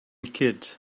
kid